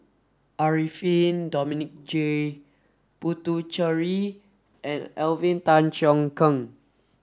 Arifin Dominic J Puthucheary and Alvin Tan Cheong Kheng